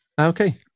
okay